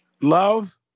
love